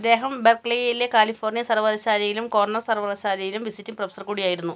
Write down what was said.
അദ്ദേഹം ബെർക്ലിയിലെ കാലിഫോർണിയ സർവകലാശാലയിലും കോർണൽ സർവകലാശാലയിലും വിസിറ്റിംഗ് പ്രൊഫസർ കൂടിയായിരുന്നു